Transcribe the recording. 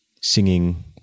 singing